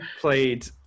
played